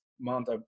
month